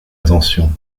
attention